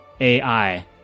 ai